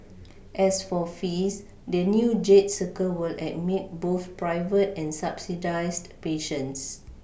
as for fees the new Jade circle will admit both private and subsidised patients